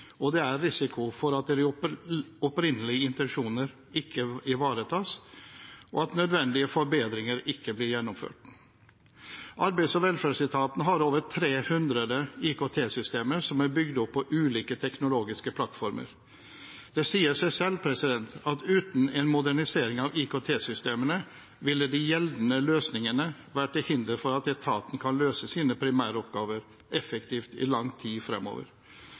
og det er risiko for at opprinnelige intensjoner ikke ivaretas, og at nødvendige forbedringer ikke blir gjennomført. Arbeids- og velferdsetaten har over 300 IKT-systemer som er bygd opp på ulike teknologiske plattformer. Det sier seg selv at uten en modernisering av IKT-systemene vil de gjeldende løsningene være til hinder for at etaten kan løse sine primæroppgaver effektivt i lang tid fremover.